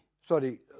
Sorry